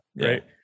right